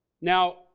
Now